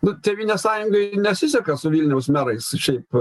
nu tėvynės sąjungai nesiseka su vilniaus merais šiaip